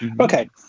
Okay